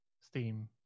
Steam